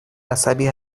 عصبی